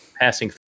Passing